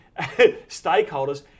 stakeholders